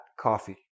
coffee